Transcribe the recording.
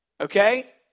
Okay